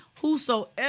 Whosoever